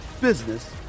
business